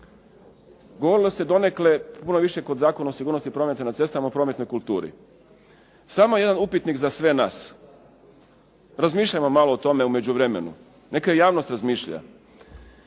Govorilo se donekle, puno više kod Zakona o sigurnosti prometa na cestama i prometnoj kulturi. Samo jedan upitnik za sve nas. Razmišljajmo malo o tome u međuvremenu, neka javnost razmišlja.